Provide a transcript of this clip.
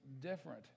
different